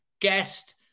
guest